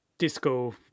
disco